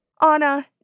Anna